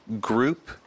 group